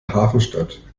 hafenstadt